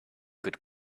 could